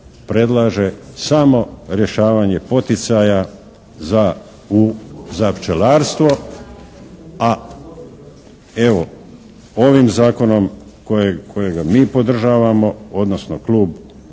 samo rješavanje poticaja za pčelarstvo, a evo ovim zakonom kojega mi podržavamo odnosno Klub